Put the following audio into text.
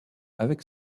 avec